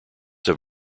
have